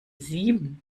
sieben